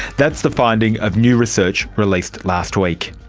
that's the finding of new research released last week.